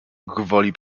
gwoli